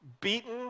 beaten